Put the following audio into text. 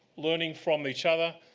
learning from each other,